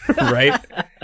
right